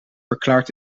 verklaart